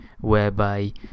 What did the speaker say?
whereby